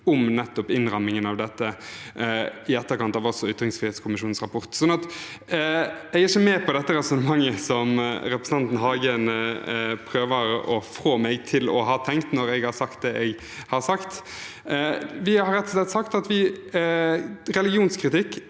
om innrammingen av dette i etterkant av ytringsfrihetskommisjonens rapport. Jeg er ikke med på det resonnementet som representanten Hagen prøver å få meg til å ha hatt når jeg har sagt det jeg har sagt. Vi har rett og slett sagt at religionskritikk